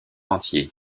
entier